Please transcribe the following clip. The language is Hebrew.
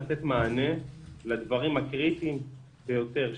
הצלחנו לתת מענה לדברים הקריטיים ביותר,